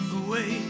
away